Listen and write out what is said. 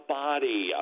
body